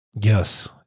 Yes